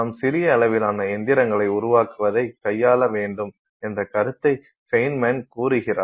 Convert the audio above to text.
நாம் சிறிய அளவிலான இயந்திரங்களை உருவாக்குவதை கையாள வேண்டும் என்ற கருத்தை ஃபெய்ன்மேன் கூறுகிறார்